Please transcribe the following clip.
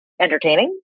entertaining